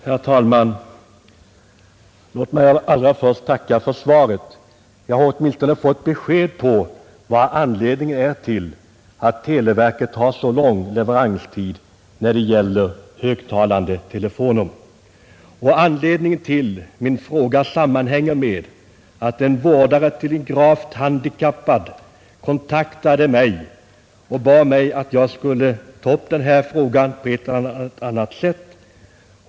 Herr talman! Låt mig allra först tacka för svaret. Jag har åtminstone fått besked om vad anledningen är till att televerket har så lång leveranstid på högtalande telefoner. Anledningen till min fråga var bl.a. att en vårdare till en gravt handikappad kontaktade mig och bad att jag skulle ta upp denna fråga på ett eller annat sätt.